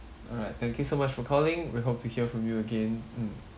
alright thank you so much for calling we hope to hear from you again um